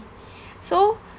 so